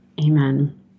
Amen